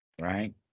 right